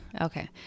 Okay